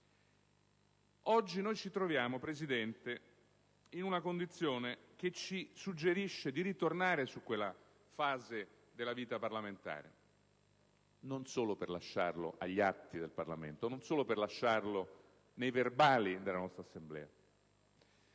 oggi ci troviamo in una condizione che ci suggerisce di ritornare su quella fase della vita parlamentare, non solo per lasciarlo agli atti del Parlamento e nei verbali della nostra Assemblea.